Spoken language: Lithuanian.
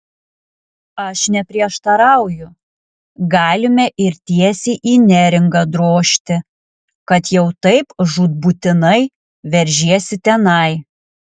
aš neprieštarauju galime ir tiesiai į neringą drožti kad jau taip žūtbūtinai veržiesi tenai